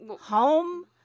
home